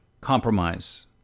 compromise